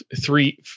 three